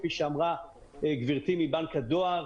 כפי שאמרה גברתי מבנק הדואר: